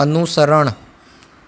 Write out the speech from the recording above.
અનુસરણ